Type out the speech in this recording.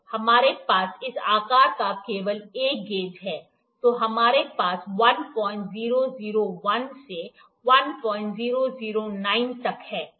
हमारे पास इस आकार का केवल एक गेज है तो हमारे पास 1001 से 1009 तक है